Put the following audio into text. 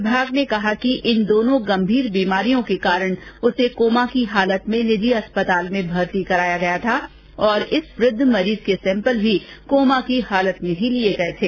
विभाग ने कहा कि इन दोनों गंभीर बीमारियों के कारण उसे कोमा की हालत में निजी अस्पताल में भर्ती कराया गया था और इस वुद्ध मरीज के सैम्पल भी कोमा की हालत में ही लिए गए थे